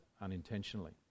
unintentionally